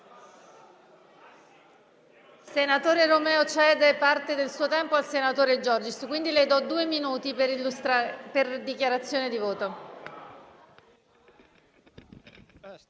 senatore Romeo cede parte del suo tempo al senatore Giorgis. Quindi le do due minuti per svolgere la sua dichiarazione di voto.